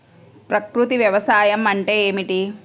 ప్రకృతి వ్యవసాయం అంటే ఏమిటి?